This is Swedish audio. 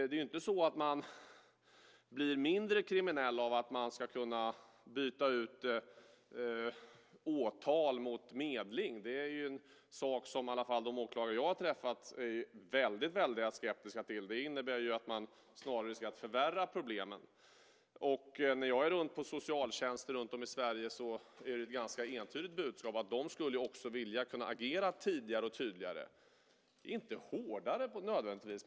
Det är ju inte så att man blir mindre kriminell av att det ska gå att byta ut åtal mot medling. Det är en sak som i alla fall de åklagare jag har träffat är väldigt skeptiska till. Det innebär snarare att problemen förvärras. När jag besöker socialtjänsten runtom i Sverige är det ganska entydiga budskapet att de också skulle vilja kunna agera tidigare och tydligare - inte hårdare nödvändigtvis.